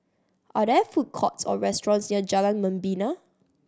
are there food courts or restaurants near Jalan Membina